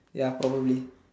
ya probably